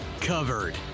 Covered